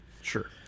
Sure